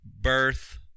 birth